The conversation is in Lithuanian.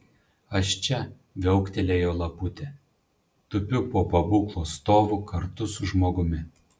aš čia viauktelėjo laputė tupiu po pabūklo stovu kartu su žmogumi